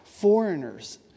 foreigners